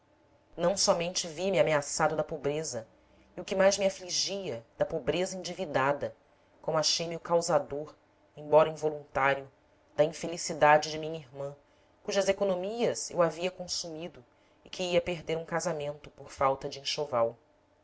não somente vi-me ameaçado da pobreza e o que mais me afligia da pobreza endividada como achei-me o causador embora in voluntário da infelicidade de minha irmã cujas economias eu havia consumido e que ia perder um casamento por falta de enxoval